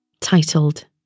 titled